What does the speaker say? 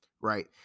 right